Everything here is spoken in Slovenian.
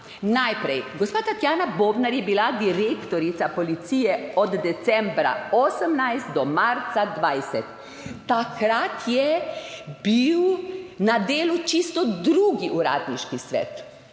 Najprej gospa Tatjana Bobnar je bila direktorica Policije od decembra 2018 do marca 2020. Takrat je bil na delu čisto drugi uradniški svet